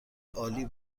عالی